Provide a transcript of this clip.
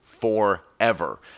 forever